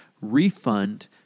refund